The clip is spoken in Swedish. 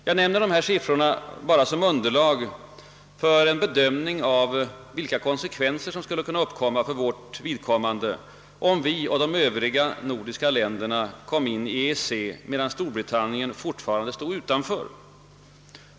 Jag nämner dessa siffror bara som underlag för en bedömning av kon sekvenserna för vårt vidkommande, om vårt land och de övriga nordiska länderna skulle komma in i EEC, medan Storbritannien fortfarande stod utanför.